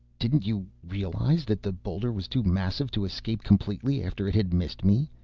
didn't you realize that the boulder was too massive to escape completely after it had missed me?